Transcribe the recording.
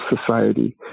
society